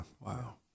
wow